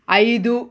ఐదు